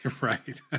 Right